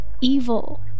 evil